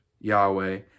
Yahweh